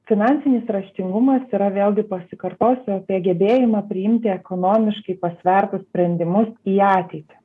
finansinis raštingumas yra vėlgi pasikartosiu apie gebėjimą priimti ekonomiškai pasvertus sprendimus į ateitį